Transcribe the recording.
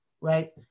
right